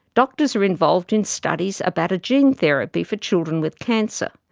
doctors are involved in studies about a gene therapy for children with cancer.